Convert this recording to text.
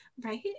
Right